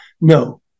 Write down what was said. no